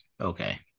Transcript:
Okay